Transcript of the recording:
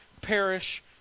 perish